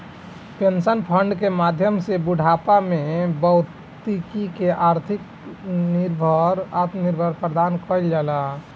pension fund के माध्यम से बूढ़ापा में बैक्ति के आर्थिक आत्मनिर्भर प्रदान कईल जाला